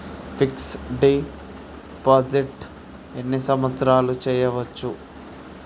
Fix డ్ deposit ఎన్ని సంవత్సరాలు చేయచ్చు?